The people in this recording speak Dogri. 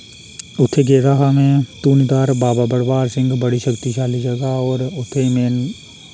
उत्थै गेदा हा में धुनीधार बाबा भड़वल सिंह बड़ी शक्तिशाली जगह और उत्थै में